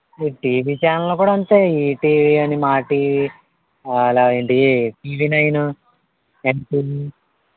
ఈ టీవీ ఛానల్లు కూడా అంతే ఈటీవీ అని మాటీవీ అలా ఏంటివి టీవీనైను ఎన్టీవీ